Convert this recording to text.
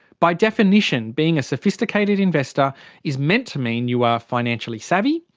by definition, being a sophisticated investor is meant to mean you are financially savvy,